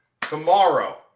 tomorrow